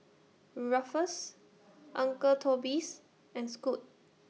Ruffles Uncle Toby's and Scoot